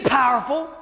powerful